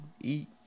eat